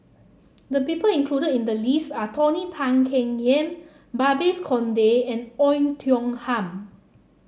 the people included in the list are Tony Tan Keng Yam Babes Conde and Oei Tiong Ham